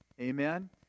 Amen